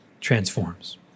transforms